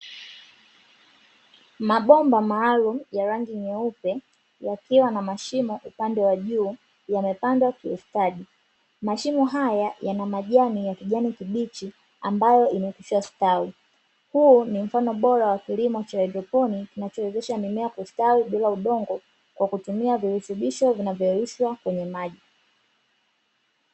Mabomba maalumu ya rangi nyeupe yakiwa na mashimo upande wa juu yamepangwa kiustadi. Mashimo haya yana majani kibichi ambayo yamekwisha stawi. Huu ni mfano bora wa kilimo cha haidroponi unachowezwesha mimea kustawi bila udongo kwa kutumia virutubisho vinavyoyeyushwa kwenye maji.